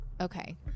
okay